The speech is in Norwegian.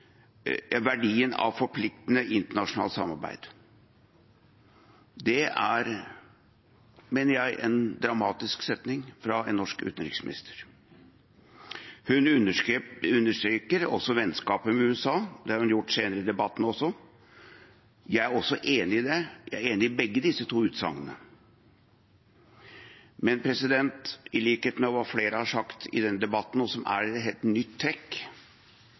verdien av forpliktende internasjonalt samarbeid.» Det er, mener jeg, en dramatisk setning fra en norsk utenriksminister. Hun understreker også vennskapet med USA, det har hun gjort senere i debatten også. Jeg er også enig i det; jeg er enig i begge disse to utsagnene. Men i likhet med hva flere har sagt i denne debatten: Det som er et helt nytt trekk,